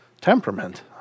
temperament